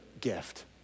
gift